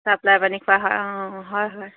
supply পানী খোৱা হয় অঁ হয় হয়